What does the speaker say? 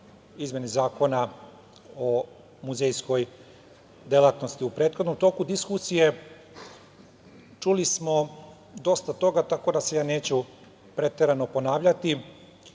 izmeni Zakona o muzejskoj delatnosti. U prethodnom toku diskusije čuli smo dosta toga, tako da se ja neću preterano ponavljati. Želeo